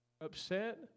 upset